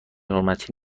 حرمتی